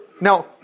now